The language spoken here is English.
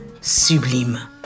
sublime